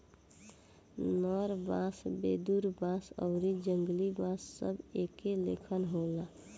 नर बांस, वेदुर बांस आउरी जंगली बांस सब एके लेखन होला